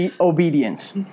obedience